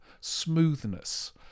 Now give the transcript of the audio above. smoothness